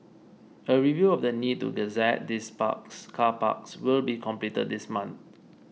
a review of the need to gazette these parks car parks will be completed this month